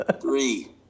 Three